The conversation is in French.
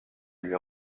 lui